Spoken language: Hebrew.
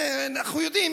אנחנו יודעים,